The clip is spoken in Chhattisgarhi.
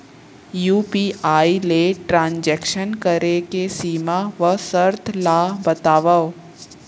यू.पी.आई ले ट्रांजेक्शन करे के सीमा व शर्त ला बतावव?